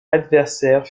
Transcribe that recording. adversaire